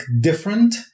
different